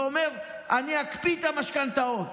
ואומר: אני אקפיא את המשכנתאות,